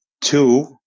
Two